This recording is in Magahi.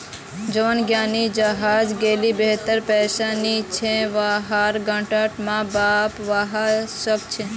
जवान ऋणी जहार लीगी बहुत पैसा नी छे वहार गारंटर माँ बाप हवा सक छे